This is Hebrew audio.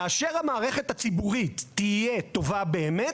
כאשר המערכת הציבורית תהיה טובה באמת,